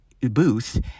booth